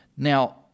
Now